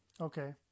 Okay